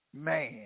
man